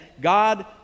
God